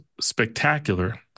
spectacular